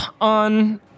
on